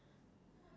hello